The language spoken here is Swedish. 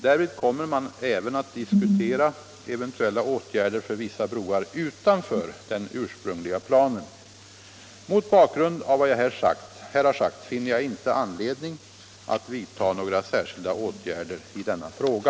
Därvid kommer man även att diskutera eventuella åtgärder för vissa broar utanför den ursprungliga planen. Mot bakgrund av vad jag här har sagt finner jag inte anledning att vidta några särskilda åtgärder i denna fråga.